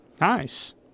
Nice